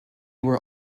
were